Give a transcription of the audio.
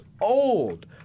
old